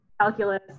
calculus